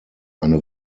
eine